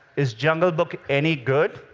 is jungle book any good?